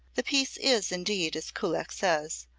the piece is indeed, as kullak says,